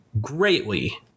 greatly